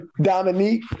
Dominique